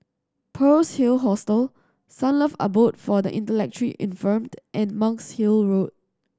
Pearl's Hill Hostel Sunlove Abode for the Intellectually Infirmed and Monk's Hill Road